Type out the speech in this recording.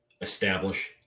Establish